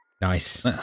Nice